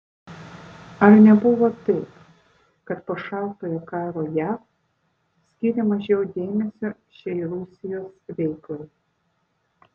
ar nebuvo taip kad po šaltojo karo jav skyrė mažiau dėmesio šiai rusijos veiklai